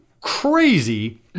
crazy